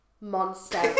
Monster